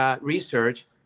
research